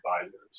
advisors